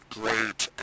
great